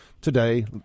today